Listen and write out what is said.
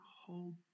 hold